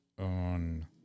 on